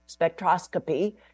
spectroscopy